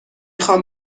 خوام